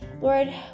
Lord